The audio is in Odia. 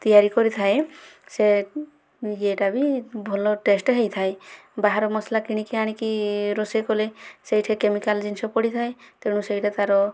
ତିଆରି କରିଥାଏ ସେ ଇଏଟା ବି ଭଲ ଟେଷ୍ଟ ହୋଇଥାଏ ବାହାର ମସଲା କିଣିକି ଆଣିକି ରୋଷେଇ କଲେ ସେଇଠି କେମିକାଲ ଜିନିଷ ପଡ଼ିଥାଏ ତେଣୁ ସେଇଟା ତାର